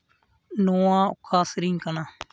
ᱱᱚᱣᱟ ᱚᱠᱟ ᱥᱮᱨᱮᱧ ᱠᱟᱱᱟ